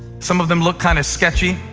some of them look kind of sketchy.